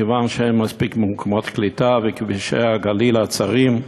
מכיוון שאין מספיק מקומות קליטה וכבישי הגליל צרים.